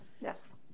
Yes